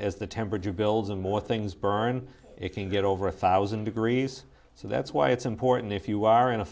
as the temperature builds and more things burn it can get over a thousand degrees so that's why it's important if you are in a